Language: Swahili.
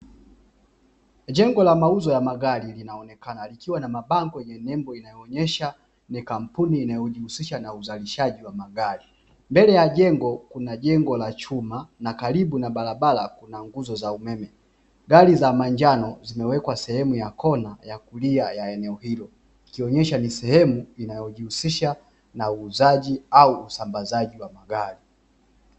Jengo la mauzo ya magari linaonekana likiwa na mabango yenye nembo inayoonyesha ni kampuni inayojihusisha na uzalishaji wa magari, mbele ya jengo kuna jengo la chuma na karibu na barabara kuna nguzo za umeme, gari za manjano zimewekwa sehemu ya kona ya kulia ya eneo hilo ikionyesha ni sehemu inayojihusisha na uuzaji au usambazaji wa magari.